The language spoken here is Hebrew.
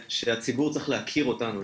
שהציבור צריך להכיר אותנו.